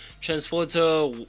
transporter